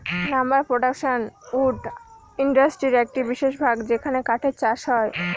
lumber production wood ইন্ডাস্ট্রির একটি বিশেষ ভাগ যেখানে কাঠের চাষ হয়